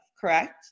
correct